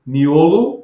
Miolo